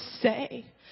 say